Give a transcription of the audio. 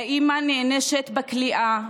האימא נענשת בכליאה,